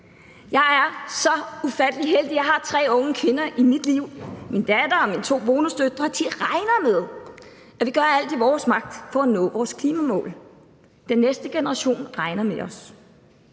Jeg er så ufattelig heldig, at jeg har tre unge kvinder i mit liv: min datter og mine to bonusdøtre. De regner med, at vi gør alt i vores magt for at nå vores klimamål. Den næste generation regner med os.